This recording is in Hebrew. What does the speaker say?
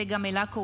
צגה מלקו,